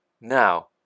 Now